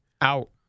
Out